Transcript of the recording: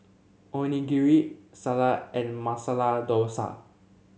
Onigiri Salsa and Masala Dosa